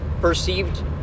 Perceived